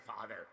father